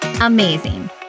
amazing